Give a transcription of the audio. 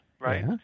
right